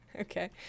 okay